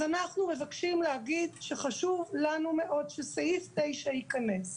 אז אנחנו מבקשים להגיד שחשוב לנו מאוד שסעיף 9 ייכנס.